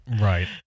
Right